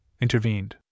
intervened